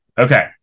Okay